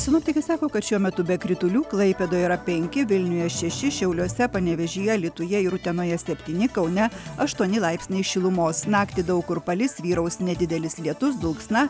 sinoptikai sako kad šiuo metu be kritulių klaipėdoje yra penki vilniuje šeši šiauliuose panevėžyje alytuje ir utenoje septyni kaune aštuoni laipsniai šilumos naktį daug kur palis vyraus nedidelis lietus dulksna